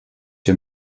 der